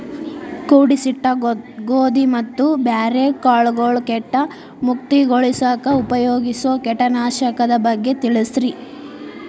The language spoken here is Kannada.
ಕೂಡಿಸಿಟ್ಟ ಗೋಧಿ ಮತ್ತ ಬ್ಯಾರೆ ಕಾಳಗೊಳ್ ಕೇಟ ಮುಕ್ತಗೋಳಿಸಾಕ್ ಉಪಯೋಗಿಸೋ ಕೇಟನಾಶಕದ ಬಗ್ಗೆ ತಿಳಸ್ರಿ